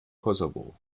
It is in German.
kosovo